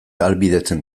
ahalbidetzen